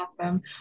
awesome